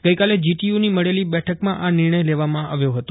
ગઇકાલે જીટીયુની મળેલી બેઠકમાં આ નિર્ણય લેવામાં આવ્યો હતો